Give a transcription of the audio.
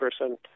person